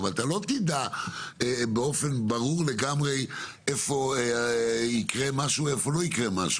אבל אתה הרי לא תדע באופן ברור לגמרי איפה יקרה משהו ואיפה לא יקרה.